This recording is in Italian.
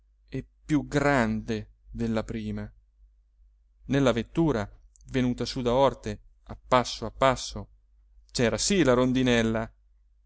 e più grande della prima nella vettura venuta su da orte a passo a passo c'era sì la rondinella